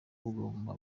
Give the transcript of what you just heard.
bugomba